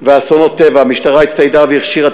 ואסונות טבע: המשטרה הצטיידה והכשירה את